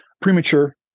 premature